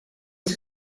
sie